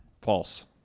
False